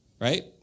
right